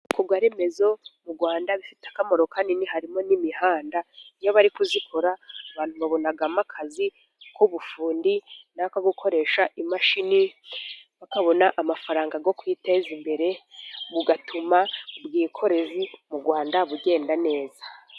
Ibikorwaremezo mu Rwanda, bifite akamaro kanini harimo n'imihanda, iyo bari kuzikora abantu babonamo, akazi k'ubufundi naka gukoresha imashini, bakabona amafaranga yo kwiteza imbere, bugatuma ubwikorezi mu rwanda bugenda neza.